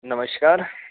नमस्कार